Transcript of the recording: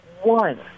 one